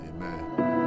Amen